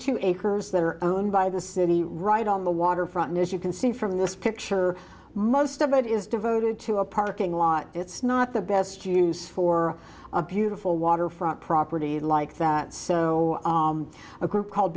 two acres that are owned by the city right on the waterfront and as you can see from this picture most of it is devoted to a parking lot it's not the best use for a beautiful waterfront property like that so a group called